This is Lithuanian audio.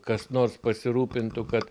kas nors pasirūpintų kad